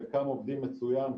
חלקם עובדים מצוין,